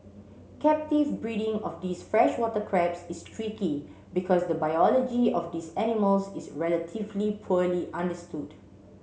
captive breeding of these freshwater crabs is tricky because the biology of these animals is relatively poorly understood